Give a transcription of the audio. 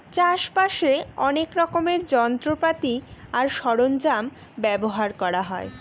চাষ বাসে অনেক রকমের যন্ত্রপাতি আর সরঞ্জাম ব্যবহার করা হয়